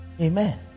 Amen